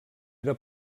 era